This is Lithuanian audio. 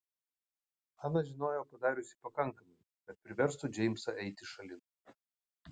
ana žinojo padariusi pakankamai kad priverstų džeimsą eiti šalin